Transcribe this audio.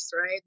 right